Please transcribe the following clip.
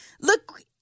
look